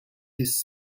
his